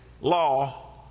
law